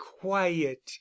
quiet